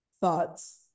Thoughts